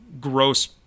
gross